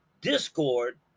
Discord